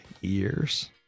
years